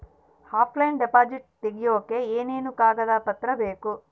Offline deposit ತೆಗಿಯೋದಕ್ಕೆ ಏನೇನು ಕಾಗದ ಪತ್ರ ಬೇಕು?